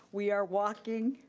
we are walking,